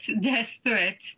desperate